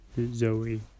Zoe